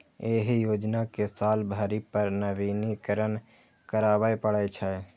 एहि योजना कें साल भरि पर नवीनीकरण कराबै पड़ै छै